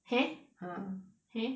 h~ eh ah h~ eh